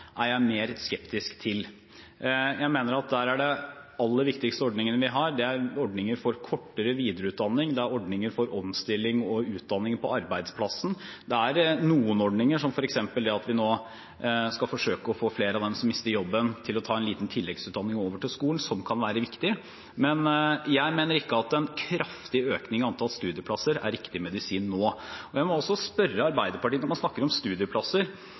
er jeg mer skeptisk til. Jeg mener at der er de aller viktigste ordningene vi har, ordninger for kortere videreutdanning, ordninger for omstilling og utdanning på arbeidsplassen – det er noen ordninger, som f.eks. det at vi nå skal forsøke å få flere av dem som mister jobben, til å ta en liten tilleggsutdanning over til skolen, som kan være viktige. Men jeg mener ikke at en kraftig økning i antall studieplasser er riktig medisin nå. Jeg må også spørre Arbeiderpartiet, når man snakker om studieplasser,